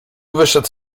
wyszedł